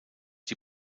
die